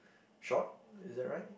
short is that right